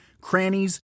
crannies